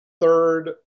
third